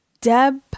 Deb